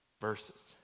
Verses